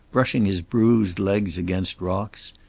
brushing his bruised legs against rocks.